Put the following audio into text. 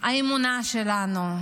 האמונה שלנו,